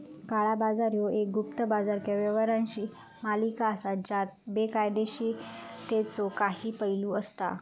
काळा बाजार ह्यो एक गुप्त बाजार किंवा व्यवहारांची मालिका असा ज्यात बेकायदोशीरतेचो काही पैलू असता